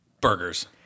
Burgers